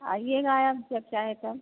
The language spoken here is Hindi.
आइएगा या आप जब चाहे तब